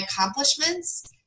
accomplishments